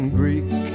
greek